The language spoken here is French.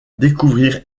découvrir